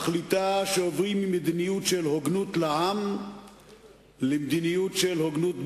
ומחליטה שעוברים ממדיניות של הוגנות לעם למדיניות של הוגנות בע"מ,